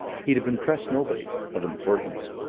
he'd have impressed nobody of importance.